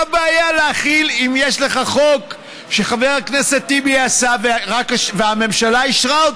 מה הבעיה להחיל אם יש לך חוק שחבר הכנסת טיבי עשה והממשלה אישרה?